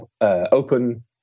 open